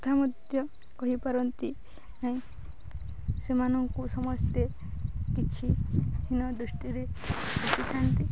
କଥା ମଧ୍ୟ କହିପାରନ୍ତି ନାହିଁ ସେମାନଙ୍କୁ ସମସ୍ତେ କିଛି ହୀନ ଦୃଷ୍ଟିରେ ରଖିଥାନ୍ତି